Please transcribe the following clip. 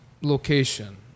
location